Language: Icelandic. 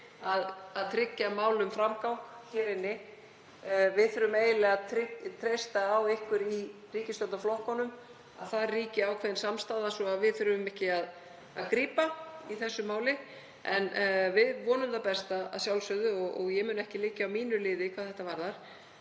að tryggja málum framgang hér inni. Við þurfum eiginlega að treysta á ykkur í ríkisstjórnarflokkunum, að þar ríki ákveðin samstaða svo að við þurfum ekki að grípa boltann í þessu máli. En við vonum að sjálfsögðu það besta og ég mun ekki liggja á mínu liði hvað þetta varðar.